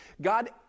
God